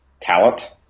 talent